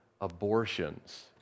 abortions